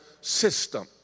system